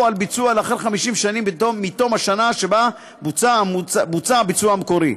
על ביצוע לאחר 50 שנים מתום השנה שבה בוצע הביצוע המקורי.